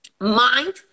Mind